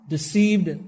Deceived